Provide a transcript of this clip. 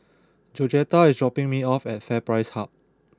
Georgetta is dropping me off at FairPrice Hub